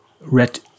red